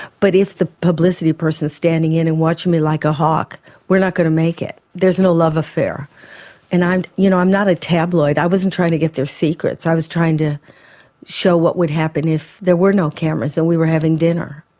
but if the publicity person is standing in and watching me like a hawk we're not going to make it. there's no love affair and you know i'm not a tabloid i wasn't trying to get their secrets, i was trying to show what would happen if there were no cameras, that and we were having dinner.